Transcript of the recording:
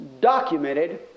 documented